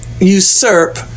usurp